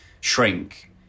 shrink